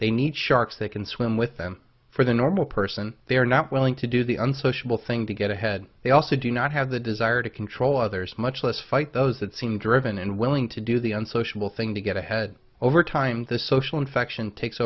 they need sharks they can swim with them for the normal person they are not willing to do the unsociable thing to get ahead they also do not have the desire to control others much less fight those that seem driven and willing to do the unsociable thing to get ahead over time the social infection takes